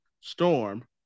Storm